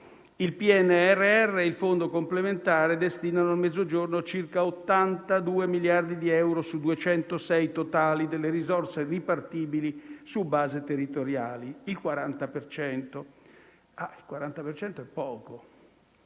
Il PNRR e il fondo complementare destinano al Mezzogiorno circa 82 miliardi di euro su 206 miliardi di euro totali, delle risorse ripartibili su base territoriale; il 40 per